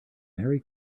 merry